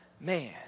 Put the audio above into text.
man